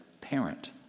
parent